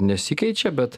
nesikeičia bet